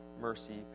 mercy